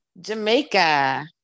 Jamaica